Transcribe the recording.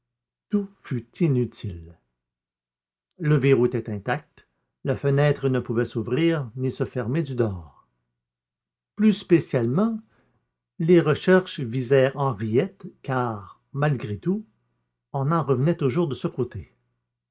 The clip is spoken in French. fut inutile le verrou était intact la fenêtre ne pouvait s'ouvrir ni se fermer du dehors plus spécialement les recherches visèrent henriette car malgré tout on en revenait toujours de ce côté